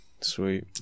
Sweet